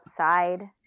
outside